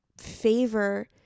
favor